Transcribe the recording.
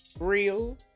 real